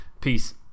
Peace